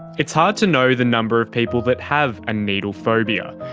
it's hard to know the number of people that have a needle phobia.